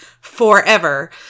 forever